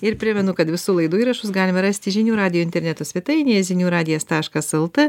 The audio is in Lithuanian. ir primenu kad visų laidų įrašus galima rasti žinių radijo interneto svetainėje zinių radijas taškas lt